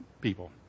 people